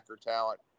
talent